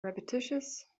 repetitious